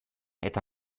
eta